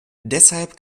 deshalb